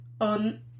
On